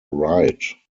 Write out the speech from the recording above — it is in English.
ride